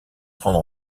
grande